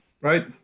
right